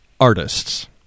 artists